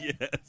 Yes